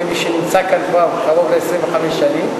כמי שנמצא כאן כבר קרוב ל-25 שנים.